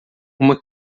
uma